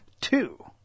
two